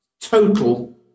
total